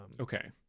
Okay